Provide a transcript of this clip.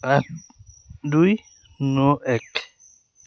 আঠ দুই ন এক